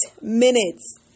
minutes